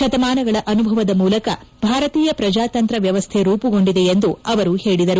ಶತಮಾನಗಳ ಅನುಭವದ ಮೂಲಕ ಭಾರತೀಯ ಪ್ರಜಾತಂಕ್ರ ವ್ಯವಸ್ಥೆ ರೂಮಗೊಂಡಿದೆ ಎಂದು ಅವರು ಹೇಳಿದರು